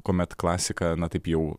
kuomet klasika na taip jau